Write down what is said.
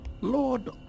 Lord